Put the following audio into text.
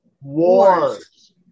Wars